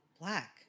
black